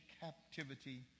captivity